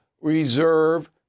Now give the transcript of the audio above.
reserve